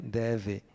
deve